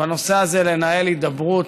בנושא הזה, לנהל הידברות,